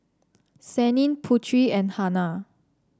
Senin Putri and Hana